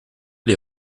les